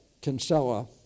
Kinsella